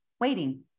waiting